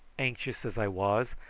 anxious as i was,